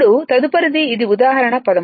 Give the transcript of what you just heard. ఇప్పుడు తదుపరిది ఇది ఉదాహరణ 13